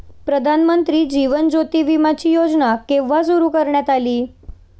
प्रधानमंत्री जीवन ज्योती विमाची योजना केव्हा सुरू करण्यात आली?